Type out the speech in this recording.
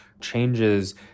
changes